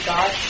God